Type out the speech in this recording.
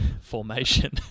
formation